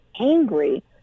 angry